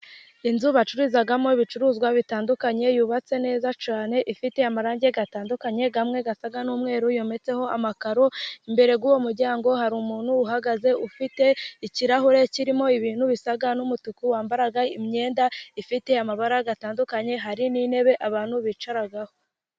Inzu bacururizamo ibicuruzwa bitandukanye yubatse neza cyane, ifite amarangi atandukanye amwe asa n'umweru, yometseho amakaro, imbere y'uwo muryango hari umuntu uhagaze, ufite ikirahure kirimo ibintu bisa n'umutuku wambara imyenda ifite amabara atandukanye, hari n'intebe abantu bicaraho.